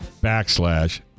backslash